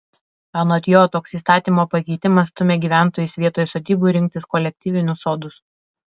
anot jo toks įstatymo pakeitimas stumia gyventojus vietoj sodybų rinktis kolektyvinius sodus